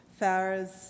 Farah's